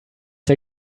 der